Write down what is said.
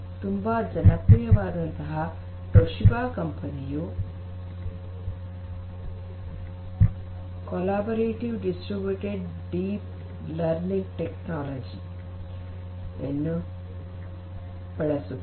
ತುಂಬಾ ಜನಪ್ರಿಯವಾದಂತಹ ತೊಷಿಬಾ ಕಂಪನಿಯು collaborative distributed deep learning technology ಯನ್ನು ಬಳಸುತ್ತದೆ